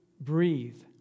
breathe